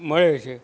મળે છે